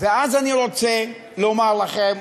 ואז אני רוצה לומר לכם,